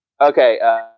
Okay